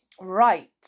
Right